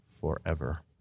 forever